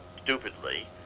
stupidly